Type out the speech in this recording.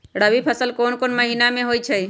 रबी फसल कोंन कोंन महिना में होइ छइ?